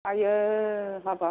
आयो हाबाब